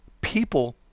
people